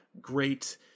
great